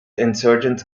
insurgents